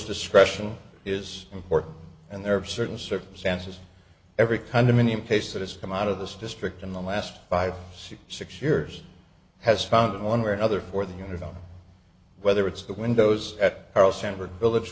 discretion is important and there are certain circumstances every kind of been in place that has come out of this district in the last five six six years has found one way or another for the underdog whether it's the windows at carl sandburg village